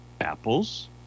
Apples